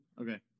Okay